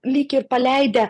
lyg ir paleidę